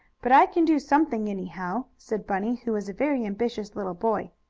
but i can do something, anyhow, said bunny, who was a very ambitious little boy.